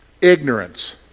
Ignorance